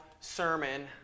sermon